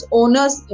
owners